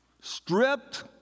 Stripped